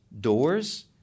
Doors